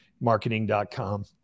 marketing.com